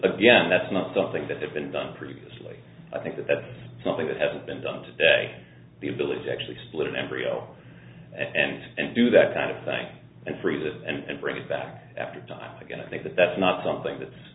again that's not something that had been done previously i think that that's something that hadn't been done today the ability to actually split an embryo and do that kind of thing and freeze it and bring it back after a time again i think that that's not something that's